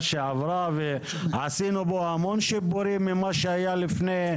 שעברה ועשינו בו המון שיפורים ממה שהיה לפני.